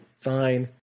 fine